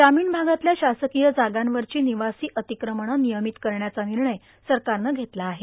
ग्रामीण भागातल्या शासकीय जागांवरची निवासी अतिक्रमणं नियमित करण्याचा निर्णय सरकारनं घेतला आहे